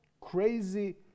crazy